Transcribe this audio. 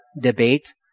debate